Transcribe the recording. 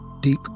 Deep